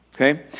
okay